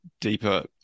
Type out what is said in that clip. deeper